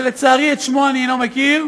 שלצערי את שמו אני לא מכיר.